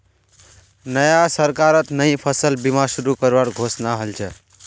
नया सरकारत नई फसल बीमा शुरू करवार घोषणा हल छ